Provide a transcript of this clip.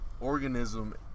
organism